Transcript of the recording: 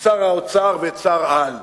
שר האוצר ואת השר-על,